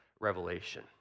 Revelation